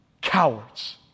cowards